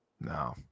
No